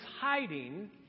hiding